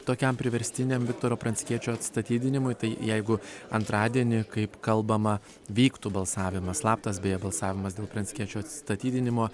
tokiam priverstiniam viktoro pranckiečio atstatydinimui tai jeigu antradienį kaip kalbama vyktų balsavimas slaptas beje balsavimas dėl pranckiečio atsistatydinimo